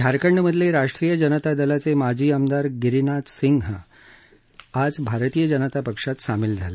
झारखंड मधले राष्ट्रीय जनता दलाचे माजी आमदार गिरीनाथ सिंह आज भारतीय जनता पक्षात सामील झाले